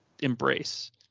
embrace